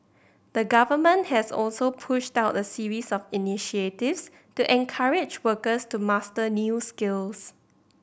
the Government has also pushed out a series of initiatives to encourage workers to master new skills